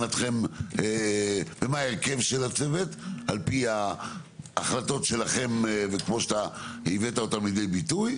ומה הרכב הצוות לפי החלטותיכם וכפי שהבאת אותם לידי ביטוי,